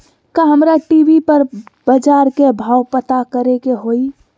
का हमरा टी.वी पर बजार के भाव पता करे के होई?